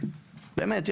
באמת.